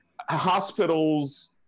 Hospitals